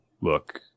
look